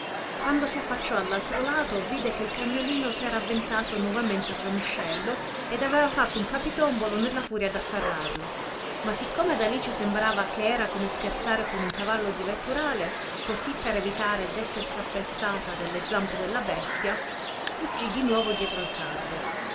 quando si affacciò all'altro lato vide che il cagnolino s'era avventato nuovamente al ramuscello ed aveva fatto un capitombolo nella furia d'afferrarlo ma siccome ad alice sembrava che era come scherzare con un cavallo di vetturale così per evitare d'esser calpestata dalle zampe della bestia fuggì di nuovo dietro al cardo